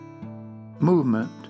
Movement